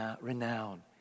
renown